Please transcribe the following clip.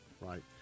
right